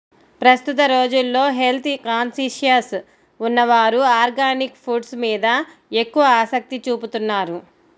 ప్రస్తుత రోజుల్లో health conscious ఉన్నవారు ఆర్గానిక్ ఫుడ్స్ మీద ఎక్కువ ఆసక్తి చూపుతున్నారు